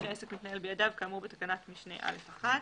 שהעסק מתנהל בידיו כאמור בתקנת משנה (א)(1).